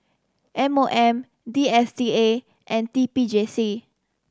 M O M D S T A and T P J C